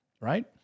right